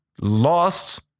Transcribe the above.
lost